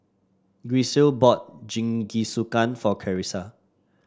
Grisel bought Jingisukan for Clarisa